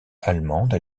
allemande